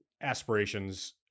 aspirations